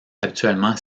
habituellement